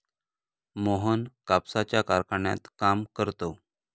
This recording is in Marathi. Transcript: मोहन कापसाच्या कारखान्यात काम करतो